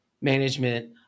management